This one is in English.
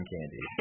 Candy